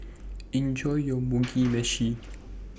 Enjoy your Mugi Meshi